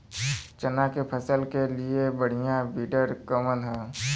चना के फसल के लिए बढ़ियां विडर कवन ह?